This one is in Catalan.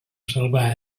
salvar